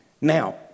Now